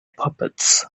puppets